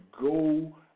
go